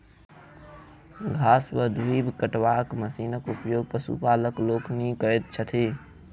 घास वा दूइब कटबाक मशीनक उपयोग पशुपालक लोकनि करैत छथि